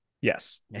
yes